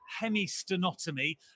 hemistenotomy